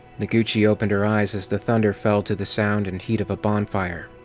noguchi opened her eyes as the thunder fell to the sound and heat of a bonfire.